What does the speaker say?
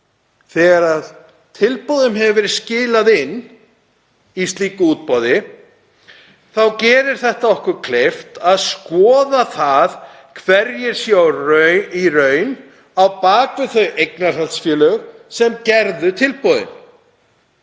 Þegar tilboðum hefur verið skilað inn í slíku útboði þá gerir það okkur kleift að skoða hverjir séu í raun á bak við þau eignarhaldsfélög sem gerðu tilboðin.